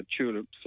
tulips